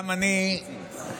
גם אני מצטרף,